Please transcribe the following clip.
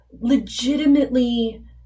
legitimately